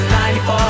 94